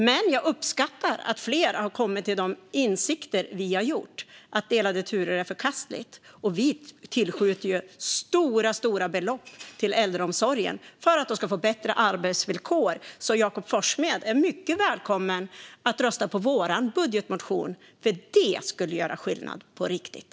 Men jag uppskattar att fler har kommit till de insikter som vi har: att delade turer är förkastligt. Vi tillskjuter stora belopp till äldreomsorgen för att de ska få bättre arbetsvillkor. Jakob Forssmed är mycket välkommen att rösta på vår budgetmotion, för det skulle göra skillnad på riktigt.